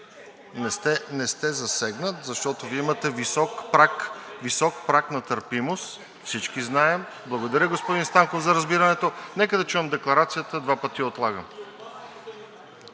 Не сте засегнат, защото вие имате висок праг на търпимост, всички знаем. Благодаря, господин Станков, за разбирането. Нека да чуем декларацията. ДАНИЕЛ МИТОВ